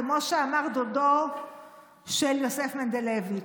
כמו שאמר דודו של יוסף מנדלביץ'.